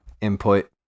input